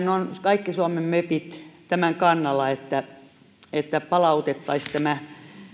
on kaikki suomen mepithän ovat tämän kannalla että että palautettaisiin tämä